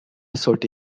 sollte